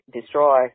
destroy